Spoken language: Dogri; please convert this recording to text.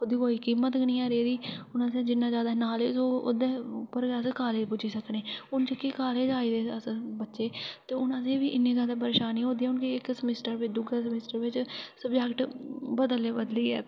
ओह्दी कोई कीमत गै नीं रेह्दी हुन असैं गी जिन्ना जैदा नॉलेज होग फ्ही अस कॉलेज पुज्जी सकने हुन जेह्के कॉलेज आई गेदे बच्चे उनै गी इन्नी जैदा परेशानी होआ दी इक समिस्टर फ्ही दूआ समिस्टर सबजैक्ट बदली बदलियै